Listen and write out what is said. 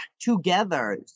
together